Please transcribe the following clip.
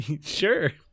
sure